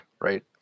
right